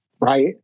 right